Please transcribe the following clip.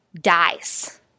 dies